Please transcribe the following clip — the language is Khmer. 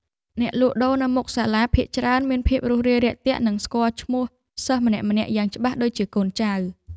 អ្នកលក់ដូរនៅមុខសាលាភាគច្រើនមានភាពរួសរាយរាក់ទាក់និងស្គាល់ឈ្មោះសិស្សម្នាក់ៗយ៉ាងច្បាស់ដូចជាកូនចៅ។